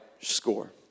score